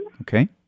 Okay